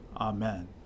Amen